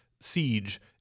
siege